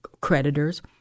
creditors